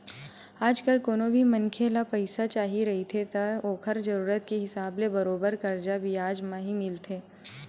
आजकल कोनो भी मनखे ल पइसा चाही रहिथे त ओखर जरुरत के हिसाब ले बरोबर करजा बियाज म ही मिलथे